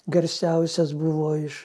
garsiausias buvo iš